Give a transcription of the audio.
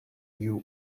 you